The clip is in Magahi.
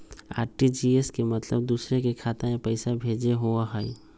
आर.टी.जी.एस के मतलब दूसरे के खाता में पईसा भेजे होअ हई?